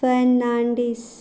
Fernandes